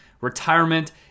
Retirement